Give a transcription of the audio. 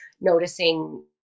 noticing